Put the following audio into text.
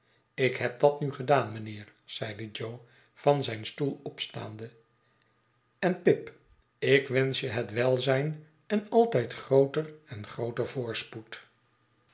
ik heb dat nu gedaan mijnheer zeide jo van zijn stoel opstaande en pip ik wensch je het welzijn en altijd grooter en grooter voorspoed